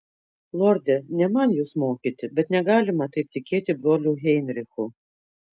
lorde ne man jus mokyti bet negalima taip tikėti broliu heinrichu